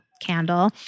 candle